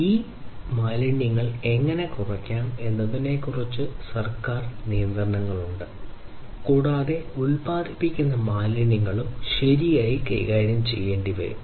ഈ ചവറുകൾ എങ്ങനെ കുറയ്ക്കാം എന്നതിനെക്കുറിച്ച് സംസാരിക്കുന്ന സർക്കാർ നിയന്ത്രണങ്ങളുണ്ട് കൂടാതെ ഉത്പാദിപ്പിക്കുന്ന മാലിന്യങ്ങളും ശരിയായി കൈകാര്യം ചെയ്യേണ്ടിവരും